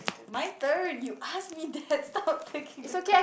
my turn you ask me that stop taking the card